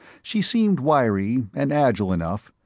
she seemed wiry and agile enough,